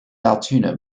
altoona